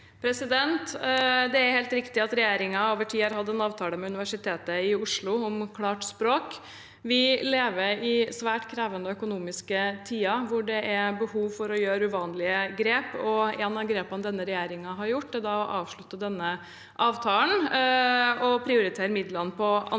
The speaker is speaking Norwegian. Det er helt riktig at regjeringen over tid har hatt en avtale med Universitetet i Oslo om klart språk. Vi lever i svært krevende økonomiske tider hvor det er behov for å ta uvanlige grep, og et av grepene denne regjeringen har tatt, er å avslutte denne avtalen og prioritere midlene på andre